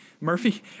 Murphy